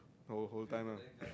whole whole time lah